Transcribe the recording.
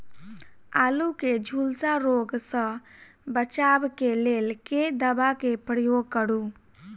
आलु केँ झुलसा रोग सऽ बचाब केँ लेल केँ दवा केँ प्रयोग करू?